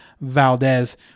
Valdez